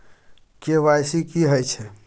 KYC की हय छै?